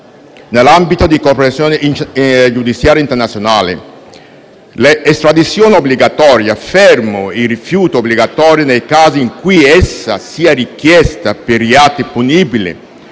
nell'ambito della cooperazione giudiziaria internazionale. L'estradizione obbligatoria, fermo il rifiuto obbligatorio nei casi in cui essa sia richiesta per reati punibili